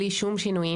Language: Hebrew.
בלי שום שינויים,